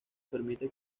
permite